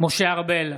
משה ארבל,